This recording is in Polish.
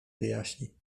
wyjaśni